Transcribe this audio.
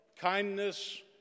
kindness